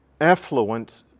affluent